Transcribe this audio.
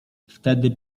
wtedy